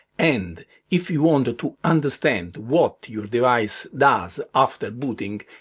and if you want to understand what your device does after booting,